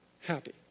happy